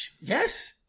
Yes